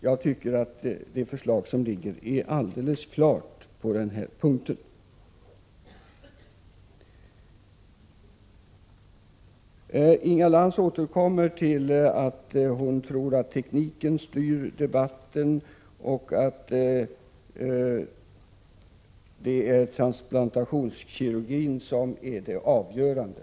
Jag tycker att föreliggande förslag är alldeles klart på den här punkten. Inga Lantz återkommer till att hon tror att tekniken styr debatten och att det är transplantationskirurgin som är det avgörande.